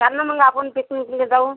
चलना मग आपण तिथून तिथे जाऊ